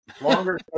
Longer